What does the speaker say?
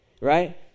right